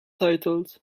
titles